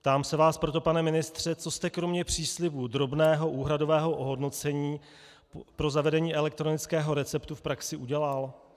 Ptám se vás proto, pane ministře, co jste kromě příslibu drobného úhradového ohodnocení pro zavedení elektronického receptu v praxi udělal.